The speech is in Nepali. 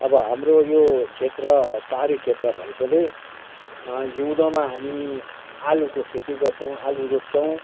आबो हाम्रो यो क्षेत्र पहाडी क्षेत्र भएकोले हिउँदोमा हामी आलुको खेती गर्छौँ आलु रोप्छौँ